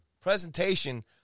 presentation